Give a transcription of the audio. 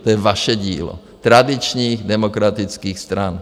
To je vaše dílo tradičních demokratických stran.